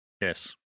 yes